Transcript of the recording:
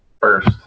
first